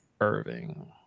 Irving